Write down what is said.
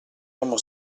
homo